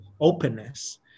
openness